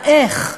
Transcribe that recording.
האיך,